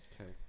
Okay